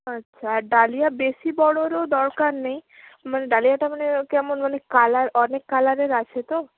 আচ্ছা আর ডালিয়া বেশি বড়োরও দরকার নেই মানে ডালিয়াটা মানে কেমন মানে কালার অনেক কালারের আছে তো